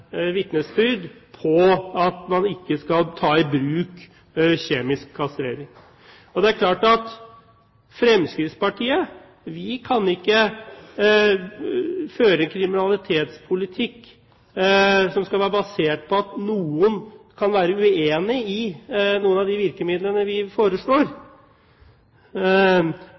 vitnesbyrd på at man ikke skal ta i bruk kjemisk kastrering. Det er klart at Fremskrittspartiet ikke kan føre en kriminalitetspolitikk som er basert på at noen er uenig i noen av de virkemidlene vi foreslår.